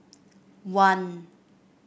one